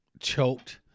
choked